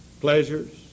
pleasures